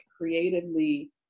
creatively